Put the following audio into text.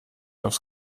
aufs